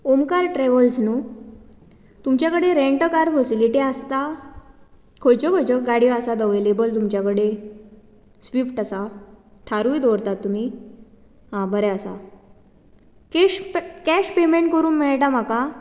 Omkar travels नू तुमच्या कडेन रेंट अ कार फेसिलिटी आसता खंयच्यो खंयच्यो गाडयो आसात अवेलेबल तुमचे कडेन स्विफ्ट आसा थारूय दवरता तुमी आं बरें आसा केश कॅश पेयमेंट करूंक मेळटा म्हाका